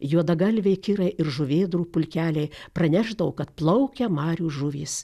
juodagalviai kirai ir žuvėdrų pulkeliai pranešdavo kad plaukia marių žuvys